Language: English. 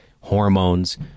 hormones